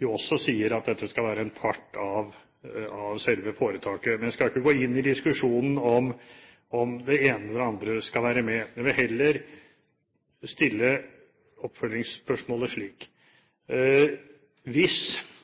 jo sier at dette skal være en part av selve foretaket. Jeg skal ikke gå inn i diskusjonen om det ene eller det andre skal være med. Jeg vil heller stille oppfølgingsspørsmålet